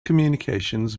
communications